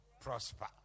prosper